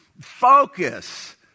focus